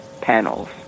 panels